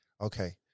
okay